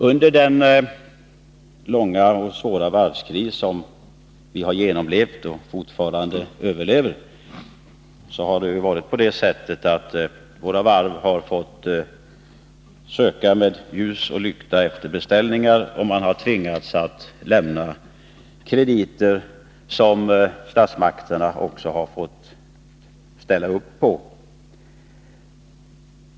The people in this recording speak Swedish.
Under den långa och svåra varvskris som vi har genomlevt och fortfarande genomlever har våra varv fått söka med ljus och lykta efter beställningar, och man har tvingats att lämna krediter som statsmakterna har fått ställa upp på.